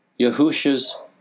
Yahusha's